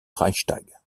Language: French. reichstag